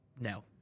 No